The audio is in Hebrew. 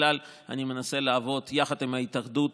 בכלל אני מנסה לעבוד יחד עם ההתאחדות